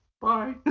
bye